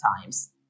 times